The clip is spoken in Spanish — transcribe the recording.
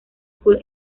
school